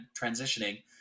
transitioning